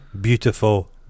beautiful